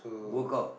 work out